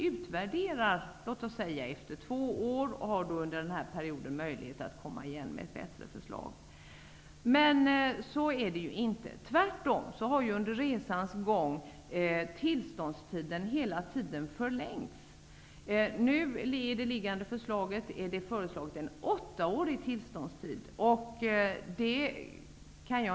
Man skulle då efter exempelvis två år kunna göra en utvärdering och komma åter med ett bättre förslag. Men så är det inte, tvärtom. Under resans gång har tillståndstiden hela tiden förlängts. I liggande förslag är en åttaårig tillståndstid föreslagen.